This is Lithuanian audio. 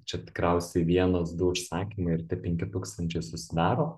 čia tikriausiai vienas du užsakymai ir tie penki tūkstančiai susidaro